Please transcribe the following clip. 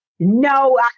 No